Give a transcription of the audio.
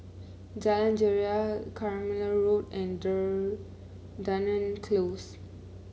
Jalan Greja Carmichael Road and Dunearn Close